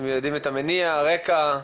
אם יודעים את המניע, רקע.